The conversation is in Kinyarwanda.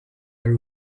ari